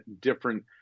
different